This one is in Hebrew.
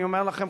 אני אומר לכם,